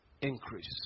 increase